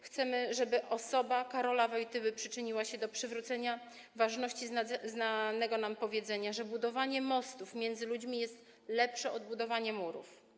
Chcemy, żeby osoba Karola Wojtyły przyczyniła się do przywrócenia ważności znanego nam powiedzenia, że budowanie mostów między ludźmi jest lepsze od budowania murów.